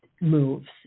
moves